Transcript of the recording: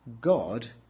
God